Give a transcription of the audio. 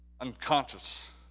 Unconscious